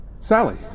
Sally